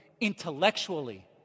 intellectually